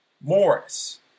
Morris